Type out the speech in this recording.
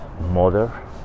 mother